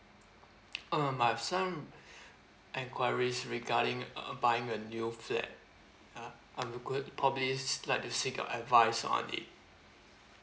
um I have some enquiries regarding uh buying a new flat ya I'm look probably like to seek your advice on it